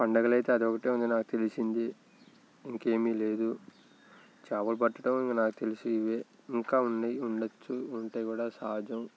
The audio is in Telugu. పండగలు అయితే అది ఒకటే ఉంది నాకు తెలిసింది ఇంకేమీ లేదు చేపలు పట్టడం ఇంకా నాకు తెలిసి ఇవే ఇంకా ఉన్నాయి ఉండవచ్చు ఉంటాయి కూడా సహజం